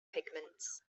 pigments